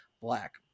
black